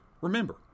Remember